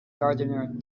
gardener